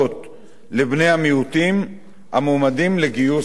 לבני מיעוטים המועמדים לגיוס למשטרה,